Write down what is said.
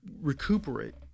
recuperate